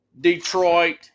Detroit